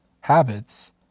habits